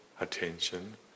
attention